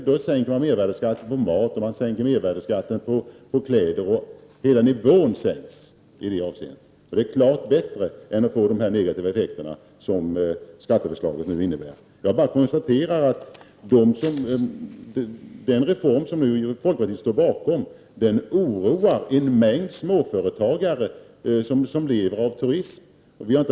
Då sänks mervärdeskatten på mat, mervärdeskatten på kläder och hela nivån sänks. Det är klart bättre än att få de negativa effekter som skatteförslaget kommer att innebära. Den reform som folkpartiet nu står bakom oroar en mängd småföretagare som lever av turism.